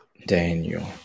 Daniel